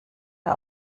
der